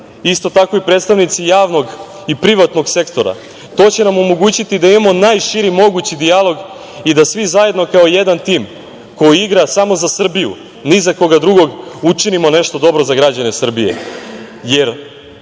isto tako i predstavnici javnog i privatnog sektora. To će nam omogućiti da imamo najširi mogući dijalog i da svi zajedno kao jedan tim koji igra samo za Srbiju, ni za koga drugog, učinimo nešto dobro za građane Srbije,